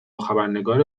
خبرنگار